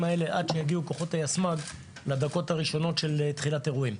האלה לדקות הראשונות של תחילת האירועים,